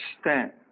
stand